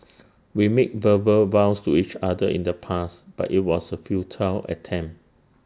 we made verbal vows to each other in the past but IT was A futile attempt